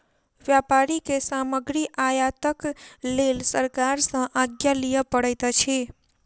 व्यापारी के सामग्री आयातक लेल सरकार सॅ आज्ञा लिअ पड़ैत अछि